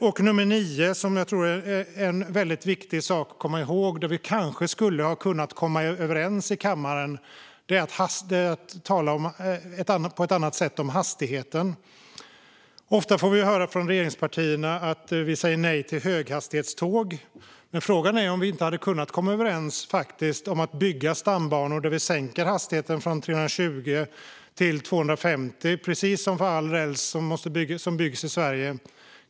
Det nionde, som jag tror är en väldigt viktig sak att komma ihåg och någonting vi kanske skulle ha kunnat komma överens om i kammaren, är att vi kunde ha talat på ett annat sätt om hastigheten. Ofta får vi höra från regeringspartierna att vi säger nej till höghastighetståg, men frågan är om vi inte hade kunnat komma överens om att bygga stambanor där vi sänkte hastigheten från 320 till 250 kilometer i timmen, precis som för all räls som byggs i Sverige.